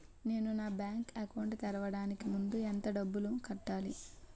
నేను నా bank account తెరవడానికి ముందు ఎంత డబ్బులు కట్టాలి?